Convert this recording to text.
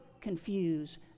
confuse